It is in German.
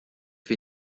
wir